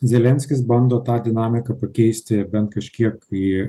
zelenskis bando tą dinamiką pakeisti bent kažkiek į